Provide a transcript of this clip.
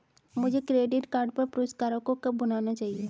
मुझे credit card पर पुरस्कारों को कब भुनाना चाहिए?